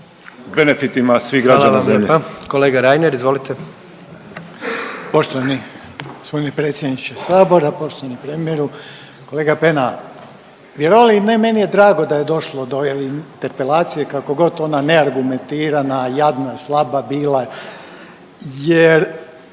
benefitima svih građana zemlje.